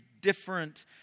different